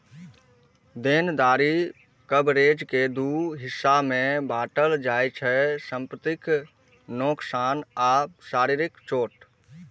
देनदारी कवरेज कें दू हिस्सा मे बांटल जाइ छै, संपत्तिक नोकसान आ शारीरिक चोट